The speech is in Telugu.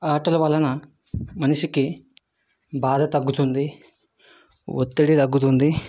ఆటల వలన మనిషికి బాధ తగ్గుతుంది ఒత్తిడి తగ్గుతుంది